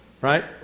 right